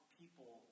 people